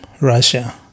Russia